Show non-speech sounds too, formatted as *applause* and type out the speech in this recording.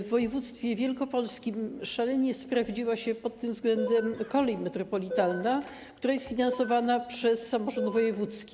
W województwie wielkopolskim szalenie sprawdziła się pod tym względem *noise* kolej metropolitalna, która jest finansowana przez samorząd wojewódzki.